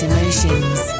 Emotions